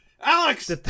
Alex